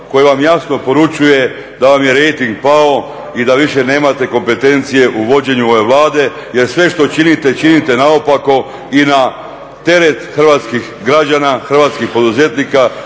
koji vam jasno poručuje da vam je rejting pao i da više nemate kompetencije u vođenju ove Vlade jer sve što činite, činite naopako i na teret hrvatskih građana, hrvatskih poduzetnika